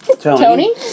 Tony